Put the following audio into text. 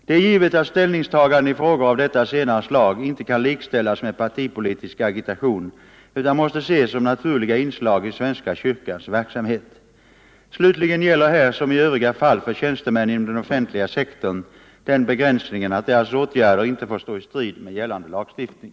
Det är givet att ställningstaganden i frågor av detta senare slag inte kan likställas med partipolitisk agitation utan måste ses som naturliga inslag i Svenska kyrkans verksamhet. Slutligen gäller här som i övriga fall för tjänstemän inom den offentliga sektorn den begränsningen att deras åtgärder inte får stå i strid med gällande lagstiftning.